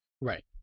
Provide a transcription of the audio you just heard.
Right